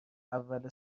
اول